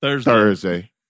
Thursday